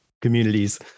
Communities